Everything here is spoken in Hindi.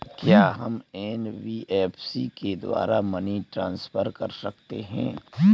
क्या हम एन.बी.एफ.सी के द्वारा मनी ट्रांसफर कर सकते हैं?